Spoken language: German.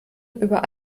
über